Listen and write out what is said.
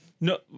no